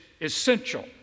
essential